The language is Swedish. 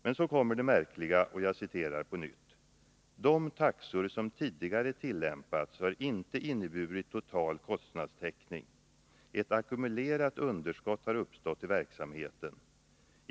Men så kommer det märkliga, och jag citerar på nytt: ”De taxor som tidigare tillämpats har inte inneburit total kostnadstäckning. Ett ackumulerat underskott har uppstått i verksamheten.